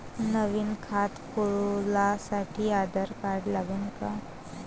नवीन खात खोलासाठी आधार कार्ड लागन का?